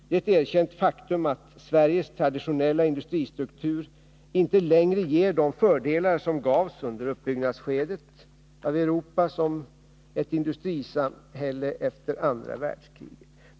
Det är ett erkänt faktum att Sveriges traditionella industristruktur inte längre ger de fördelar som gavs under det skede då Europa som industrisamhälle uppbyggdes efter andra världskriget.